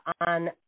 on